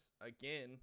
again